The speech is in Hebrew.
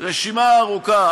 היא רשימה ארוכה.